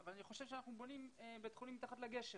אבל אני חושב שאנחנו בונים בית חולים מתחת לגשר.